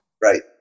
Right